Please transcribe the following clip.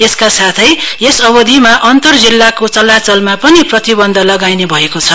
यसका साथै यस अवधिमा अन्तर जिल्लाको चलाचलमा पनि प्रतिबन्ध लगाइने भएको छ